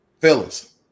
Fellas